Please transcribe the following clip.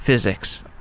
physics?